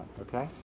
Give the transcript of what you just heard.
okay